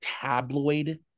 tabloid